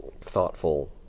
thoughtful